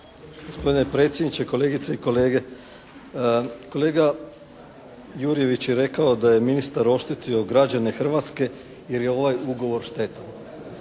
Gospodine predsjedniče, kolegice i kolege. Kolega Jurjević je rekao da je ministar oštetio građane Hrvatske jer je ovaj ugovor štetan.